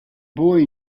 boy